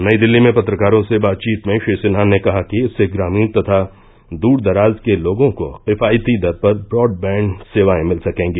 नई दिल्ली में पत्रकारों से बातचीत में श्री सिन्हा ने कहा कि इससे ग्रामीण तथा दूरदराज के लोगों को किफायती दर पर ब्रॉडबैंड सेवायें मिल सकेंगी